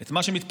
את מה שמתפרסם,